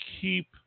keep